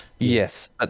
Yes